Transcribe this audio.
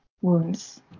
wounds